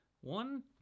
One